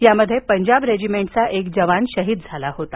यामध्ये पंजाब रेजिमेंटचा एक जवान शहीद झाला होता